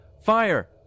Fire